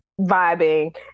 vibing